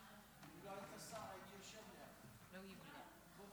לרשותך שלוש דקות.